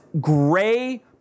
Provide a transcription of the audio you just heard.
gray